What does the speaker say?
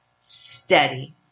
steady